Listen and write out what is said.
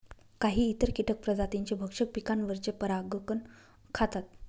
काही इतर कीटक प्रजातींचे भक्षक पिकांवरचे परागकण खातात